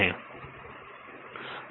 विद्यार्थी 3 3 पोजीशन